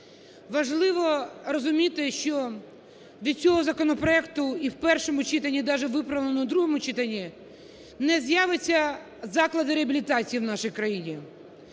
Важливо розуміти, що від цього законопроекту і в першому читанні, даже виправленому другому читанні не з'являться заклади реабілітації в нашій країні.